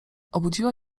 obudziła